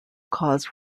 cause